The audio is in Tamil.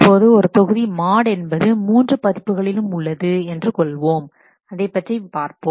இப்போது ஒரு தொகுதி மாட் என்பது மூன்று பதிப்புகளிலும் உள்ளது என்று கொள்வோம் அதைப்பற்றி பார்ப்போம்